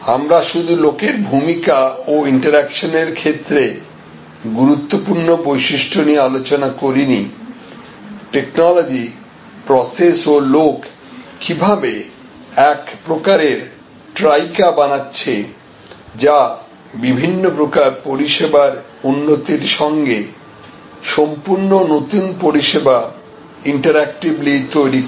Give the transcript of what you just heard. আমরা শুধু লোকের ভূমিকা ও ইন্টারেকশন এর ক্ষেত্রে গুরুত্বপূর্ণ বৈশিষ্ট্য নিয়ে আলোচনা করি নি টেকনোলজি প্রসেস ও লোক কিভাবে এক প্রকারের ট্রাইকা বানাচ্ছে যা বিভিন্ন প্রকার পরিষেবার উন্নতির সঙ্গে সম্পূর্ণ নতুন পরিষেবা ইন্টারঅ্যাকটিভলি তৈরি করছে